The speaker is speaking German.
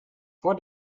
vor